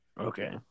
Okay